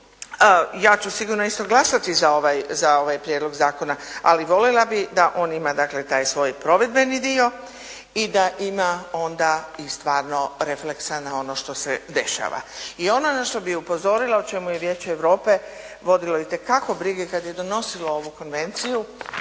ja ću sigurno glasati za ovaj prijedlog zakona ali voljela bih da on ima dakle taj svoj provedbeni dio i da ima onda i stvarno refleksa na ono što se dešava. I ono na što bih upozorila o čemu je Vijeće Europe vodilo itekako brige kad je donosilo ovu konvenciju